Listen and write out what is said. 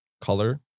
color